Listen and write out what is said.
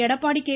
Edappadi K